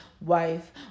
wife